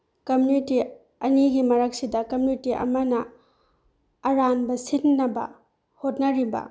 community ꯑꯅꯤꯒꯨ ꯃꯔꯛꯁꯤꯗ community ꯑꯃꯅ ꯑꯔꯥꯟꯕ ꯁꯤꯟꯅꯕ ꯍꯣꯠꯅꯔꯤꯕ